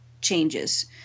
changes